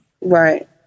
Right